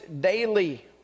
daily